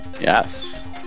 Yes